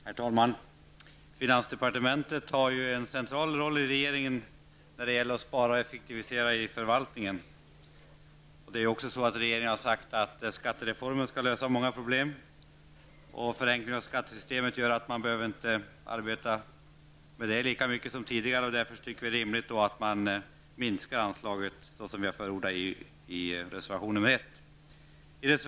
Herr talman! Finansdepartementet har en central roll i regeringen när det gäller att spara och effektivisera inom förvaltningen. Regeringen har också sagt att skattereformen skall lösa många problem. Förenklingen av skattesystemet gör att man inte behöver arbeta med det lika mycket som tidigare, och vi menar därför att det är rimligt att minska anslaget, vilket vi har förordat i reservation nr 1.